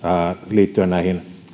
liittyen näihin